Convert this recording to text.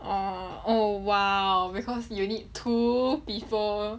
orh oh !wow! because you need two people